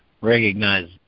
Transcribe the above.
recognize